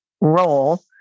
role